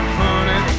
honey